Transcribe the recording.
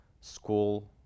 school